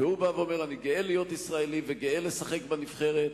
והוא בא ואומר: אני גאה להיות ישראלי וגאה לשחק בנבחרת,